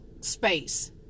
space